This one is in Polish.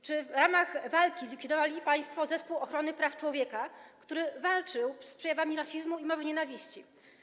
Czy w ramach walki zlikwidowali państwo Zespół ds. Ochrony Praw Człowieka, który walczył z przejawami rasizmu i mowy nienawiści?